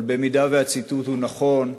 אבל במידה שהציטוט הוא נכון,